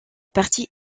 partie